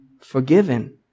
forgiven